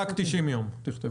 תכתבו 90 ימים.